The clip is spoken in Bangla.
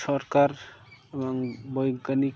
সরকার এবং বৈজ্ঞানিক